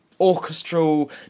orchestral